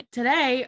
today